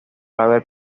haber